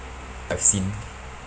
I've seen